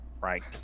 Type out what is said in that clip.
right